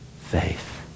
faith